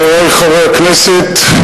חברי חברי הכנסת,